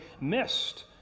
missed